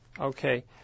okay